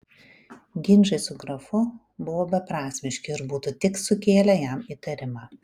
ginčai su grafu buvo beprasmiški ir būtų tik sukėlę jam įtarimą